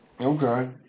Okay